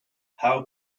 how